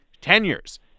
tenures